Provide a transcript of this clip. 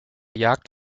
jagd